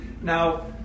now